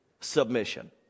submission